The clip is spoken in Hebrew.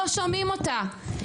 לא שומעים אותה.